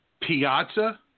Piazza